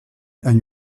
and